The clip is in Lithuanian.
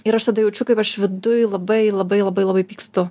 ir aš tada jaučiu kaip aš viduj labai labai labai labai pykstu